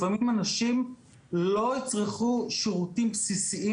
לפעמים אנשים לא יצרכו שירותים בסיסיים